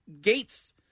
gates